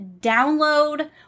download